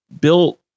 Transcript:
bill